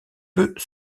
peut